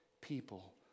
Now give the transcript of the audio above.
people